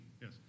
Yes